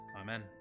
Amen